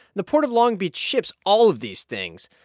the port of long beach ships all of these things.